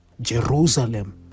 jerusalem